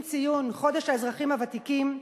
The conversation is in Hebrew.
עם ציון חודש האזרחים הוותיקים,